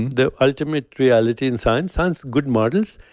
the ultimate reality in science, science, good models,